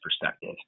perspective